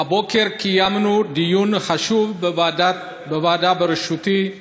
הבוקר קיימנו דיון חשוב בוועדה בראשותי,